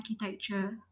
architecture